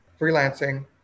freelancing